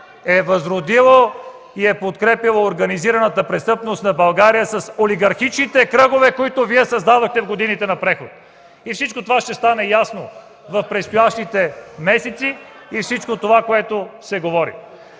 е възродило и е подкрепяло организираната престъпност на България с олигархичните кръгове, които създавате в годините на преход. Всичко това ще стане ясно в предстоящите месеци и във всичко онова, което се говори.